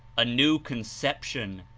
a new conception,